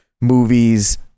movies